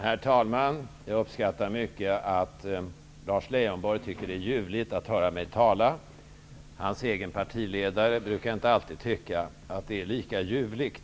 Herr talman! Jag uppskattar att Lars Leijonborg tycker att det är ljuvligt att höra mig tala. Hans egen partiledare brukar inte alltid tycka att det är lika ljuvligt.